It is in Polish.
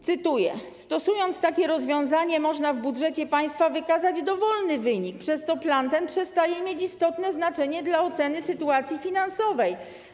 Cytuję: stosując takie rozwiązanie można w budżecie państwa wykazać dowolny wynik, przez co plan ten przestaje mieć istotne znaczenie dla oceny sytuacji finansowej.